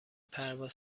پرواز